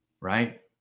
Right